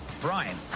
Brian